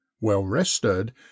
well-rested